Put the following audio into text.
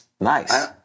Nice